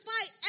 fight